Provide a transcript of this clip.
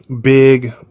big